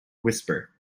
whisper